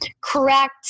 correct